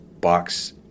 box